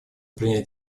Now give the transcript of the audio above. принять